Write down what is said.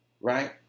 Right